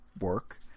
work